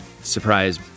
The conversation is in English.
surprise